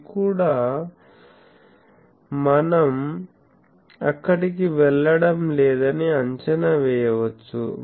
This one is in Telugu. అది కూడా మనం అక్కడికి వెళ్ళడం లేదని అంచనా వేయవచ్చు